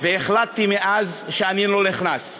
והחלטתי מאז שאני לא נכנס.